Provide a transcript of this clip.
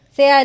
Say